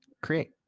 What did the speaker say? create